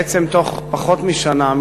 בעצם בתוך פחות משנה,